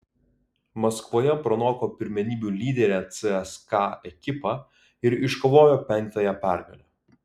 maskvoje pranoko pirmenybių lyderę cska ekipą ir iškovojo penktąją pergalę